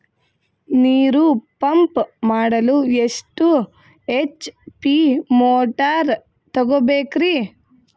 ನೀರು ಪಂಪ್ ಮಾಡಲು ಎಷ್ಟು ಎಚ್.ಪಿ ಮೋಟಾರ್ ತಗೊಬೇಕ್ರಿ?